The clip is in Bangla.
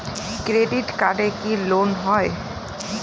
ক্রেডিট কার্ডে কি লোন হয়?